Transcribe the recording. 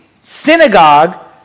synagogue